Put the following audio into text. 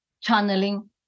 channeling